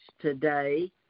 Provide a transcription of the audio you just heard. today